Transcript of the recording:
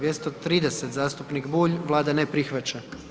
230. zastupnik Bulj, Vlada ne prihvaća.